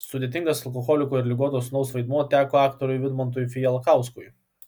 sudėtingas alkoholiko ir ligoto sūnaus vaidmuo teko aktoriui vidmantui fijalkauskui